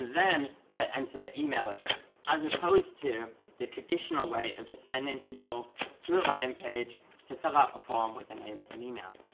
then to enter their email address, as opposed to the traditional way of just sending people to a landing page to fill out a form with a name and an email.